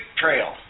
trail